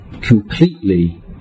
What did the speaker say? completely